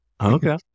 Okay